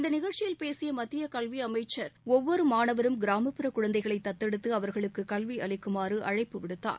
இந்த நிகழ்ச்சியில் பேசிய மத்திய கல்வி அமைச்சர் ஒவ்வொரு மாணவரும் கிராமப்புற குழந்தைகளை தத்தெடுத்து அவர்களுக்கு கல்வி அளிக்குமாறு அழைப்புவிடுத்தார்